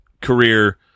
career